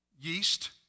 Yeast